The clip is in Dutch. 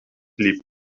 liep